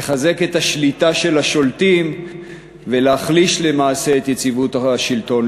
לחזק את השליטה של השולטים ולהחליש למעשה את יציבות השלטון,